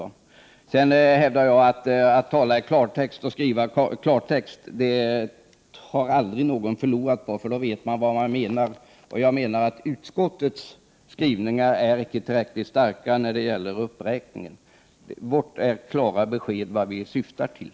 Jag hävdar att någon aldrig har förlorat på att tala och skriva i klartext. Då vet man vad man menar. Jag anser att utskottets skrivningar inte är tillräckligt starka när det gäller uppräkningen. Vi har gett ett klart besked om vad vi syftar till.